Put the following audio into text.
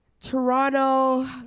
Toronto